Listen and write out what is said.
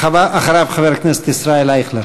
אחריו, חבר הכנסת ישראל אייכלר.